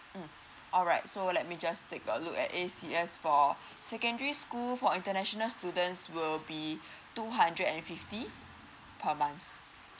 mm alright so let me just take a look at A_C_S for secondary school for international students will be two hundred and fifty per month